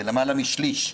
זה למעלה משליש.